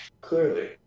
Clearly